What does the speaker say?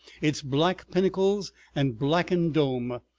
its black pinnacles and blackened dome,